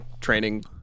training